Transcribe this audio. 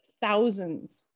thousands